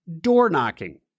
door-knocking